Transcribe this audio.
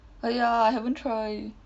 !aiya! I haven't try